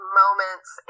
moments